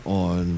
on